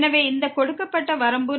எனவே இந்த கொடுக்கப்பட்ட வரம்பு உள்ளது